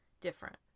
different